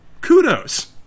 Kudos